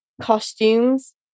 costumes